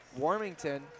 Warmington